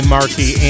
Markey